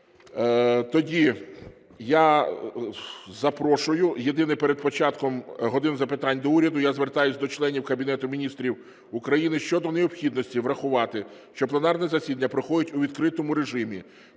тоді я запрошую… Єдине, перед початком "години запитань до Уряду" я звертаюсь до членів Кабінету Міністрів України щодо необхідності врахувати, що пленарне засідання проходить у відкритому режимі,